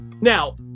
Now